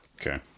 Okay